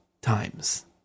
times